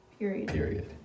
Period